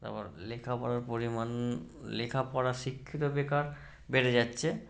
তারপর লেখাপড়ার পরিমাণ লেখপড়া শিক্ষিত বেকার বেড়ে যাচ্ছে